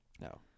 no